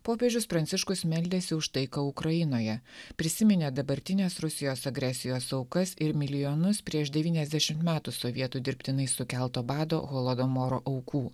popiežius pranciškus meldėsi už taiką ukrainoje prisiminė dabartinės rusijos agresijos aukas ir milijonus prieš devyniasdešim metų sovietų dirbtinai sukelto bado holodamoro aukų